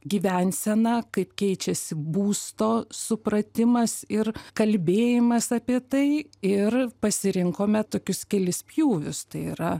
gyvensena kaip keičiasi būsto supratimas ir kalbėjimas apie tai ir pasirinkome tokius kelis pjūvius tai yra